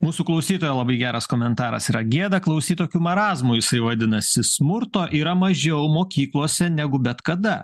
mūsų klausytojo labai geras komentaras yra gėda klausyt tokių marazmų jisai vadinasi smurto yra mažiau mokyklose negu bet kada